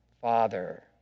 Father